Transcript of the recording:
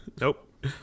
Nope